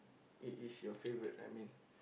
it is your favourite I mean